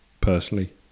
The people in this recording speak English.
personally